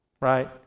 Right